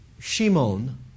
Shimon